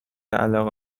علاقه